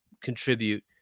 contribute